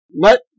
Let